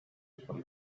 people